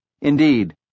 Indeed